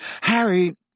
Harry